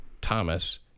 Thomas